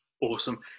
awesome